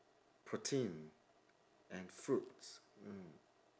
protein and fruits mm